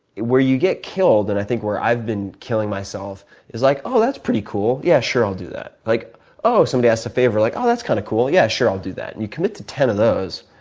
where you get killed, and i think where i've been killing myself is like, oh, that's pretty cool, yeah, sure, i'll do that. like oh, somebody asks a favor, like, oh, that's kind of cool. yeah, sure, i'll do that. and you commit to ten of those,